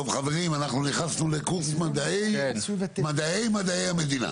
טוב חברים, אנחנו נכנסו לקורס מדעי, מדעי המדינה.